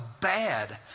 bad